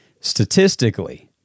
Statistically